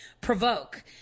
provoke